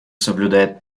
соблюдает